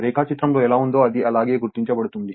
రేఖాచిత్రంలో ఎలా ఉందో అది అలాగే గుర్తించబడుతుంది